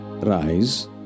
Rise